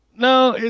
No